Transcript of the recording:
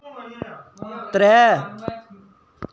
त्रै